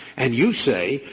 and you say,